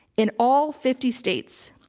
in all fifty states.